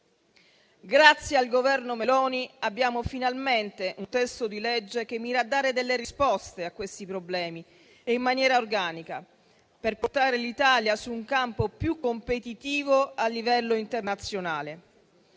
Grazie al Governo Meloni, abbiamo finalmente un testo di legge che mira a dare risposte a questi problemi, in maniera organica, per portare l'Italia su un campo più competitivo a livello internazionale.